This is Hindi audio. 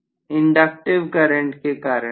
छात्र इंडक्टिव करंट के कारण